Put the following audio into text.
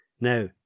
Now